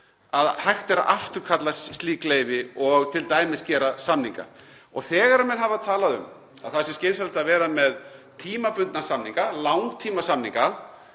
að hægt er að afturkalla slík leyfi og t.d. gera samninga. Og þegar menn hafa talað um að það sé skynsamlegt að vera með tímabundna samninga, langtímasamninga,